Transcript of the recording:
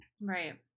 Right